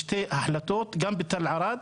בשתי החלטות, גם בתל ערד,